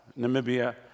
Namibia